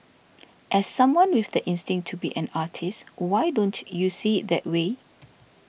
as someone with the instinct to be an artist why don't you see it that way